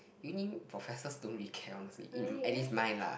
uni professors don't really care honestly uh at least mine lah